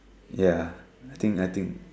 ya I think I think